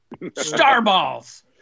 Starballs